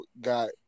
got